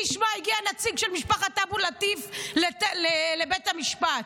מי ישמע הגיע נציג של משפחת אבו לטיף לבית המשפט.